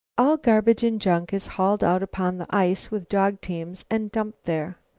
all garbage and junk is hauled out upon the ice with dog-teams and dumped there.